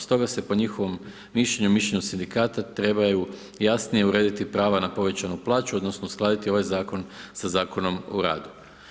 Stoga se po njihovom mišljenju, mišljenju sindikata trebaju jasnije urediti prava na povećanu plaću odnosno uskladiti ovaj zakon sa Zakonom o radu.